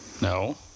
No